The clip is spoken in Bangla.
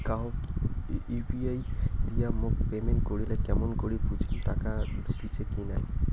কাহো ইউ.পি.আই দিয়া মোক পেমেন্ট করিলে কেমন করি বুঝিম টাকা ঢুকিসে কি নাই?